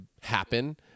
happen